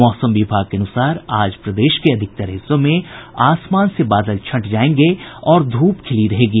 मौसम विभाग के अनुसार आज प्रदेश के अधिकतर हिस्सों में आसमान से बादल छंट जायेंगे और धूप खिली रहेगी